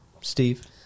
Steve